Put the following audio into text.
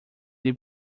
lhe